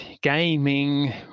gaming